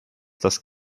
dass